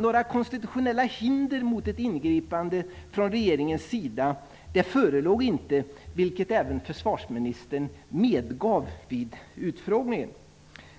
Några konstitutionella hinder mot ett ingripande från regeringens sida förelåg inte, vilket även försvarsministern medgav vid utfrågningen.